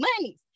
money